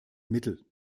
mittel